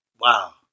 Wow